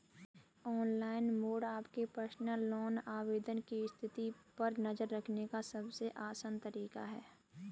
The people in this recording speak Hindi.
ऑनलाइन मोड आपके पर्सनल लोन आवेदन की स्थिति पर नज़र रखने का सबसे आसान तरीका है